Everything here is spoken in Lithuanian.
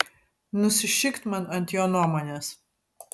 nusišikt man ant jo nuomonės